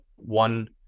One